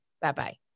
bye-bye